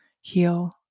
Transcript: heal